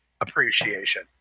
appreciation